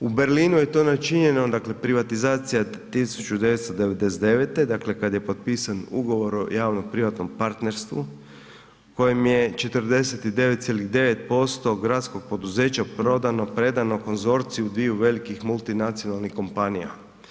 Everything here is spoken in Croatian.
U Berlinu je to načinjeno dakle privatizacija 1999. dakle kad je potpisan ugovor o javno privatnom partnerstvu kojem je 49,9% gradskog poduzeća prodano, predano konzorciju dviju velikih multinacionalnih kompanija.